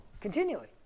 Continually